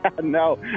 No